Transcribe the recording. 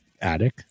attic